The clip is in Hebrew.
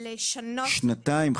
לשנות --- שנתיים,